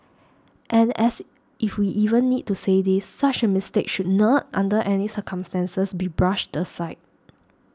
and as if we even need to say this such a mistake should not under any circumstances be brushed aside